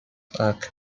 ark